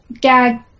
Gag